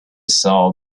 saw